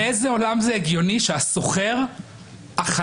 באיזה עולם זה הגיוני שהשוכר החלש,